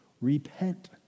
repent